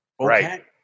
Right